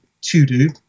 to-do